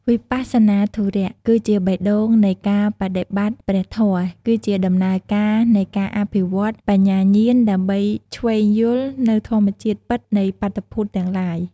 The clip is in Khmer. វិបស្សនាធុរៈ គឺជាបេះដូងនៃការបដិបត្តិព្រះធម៌ គឺជាដំណើរការនៃការអភិវឌ្ឍ បញ្ញាញ្ញាណដើម្បីឈ្វេងយល់នូវធម្មជាតិពិតនៃបាតុភូតទាំងឡាយ។